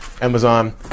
Amazon